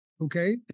Okay